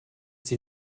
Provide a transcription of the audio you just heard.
sie